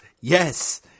Yes